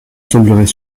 semblerait